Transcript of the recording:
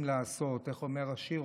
איך אומר השיר?